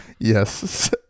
yes